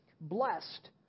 Blessed